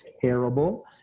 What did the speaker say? terrible